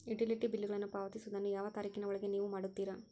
Utility ಬಿಲ್ಲುಗಳನ್ನು ಪಾವತಿಸುವದನ್ನು ಯಾವ ತಾರೇಖಿನ ಒಳಗೆ ನೇವು ಮಾಡುತ್ತೇರಾ?